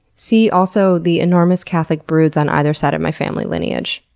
see also the enormous catholic broods on either side of my family lineage.